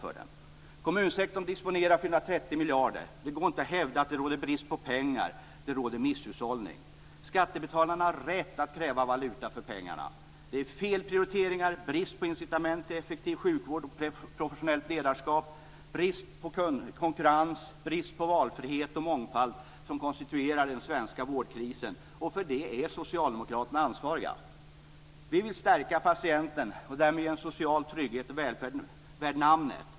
Kommunsektorn disponerar 430 miljarder kronor. Det går inte att hävda att det råder brist på pengar. I stället råder misshushållning. Skattebetalarna har rätt att kräva valuta för pengarna. Det är de felaktiga prioriteringarna samt bristen på incitament till effektiv sjukvård och professionellt ledarskap, bristen på konkurrens och bristen på valfrihet och mångfald som konstituerar den svenska vårdkrisen. För detta är socialdemokraterna ansvariga!